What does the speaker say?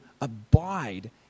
abide